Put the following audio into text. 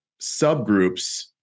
subgroups